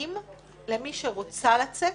תנאים למי שרוצה לצאת,